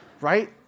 Right